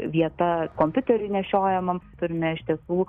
vieta kompiuteriui nešiojamam turime iš tiesų